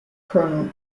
coroner